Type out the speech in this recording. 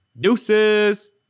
Deuces